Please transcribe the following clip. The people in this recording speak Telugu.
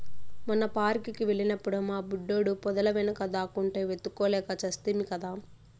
మొన్న పార్క్ కి వెళ్ళినప్పుడు మా బుడ్డోడు పొదల వెనుక దాక్కుంటే వెతుక్కోలేక చస్తిమి కదా